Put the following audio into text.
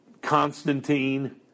Constantine